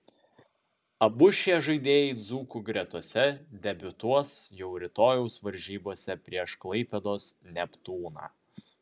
abu šie žaidėjai dzūkų gretose debiutuos jau rytojaus varžybose prieš klaipėdos neptūną